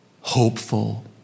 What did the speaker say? hopeful